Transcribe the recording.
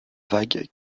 vague